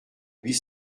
huit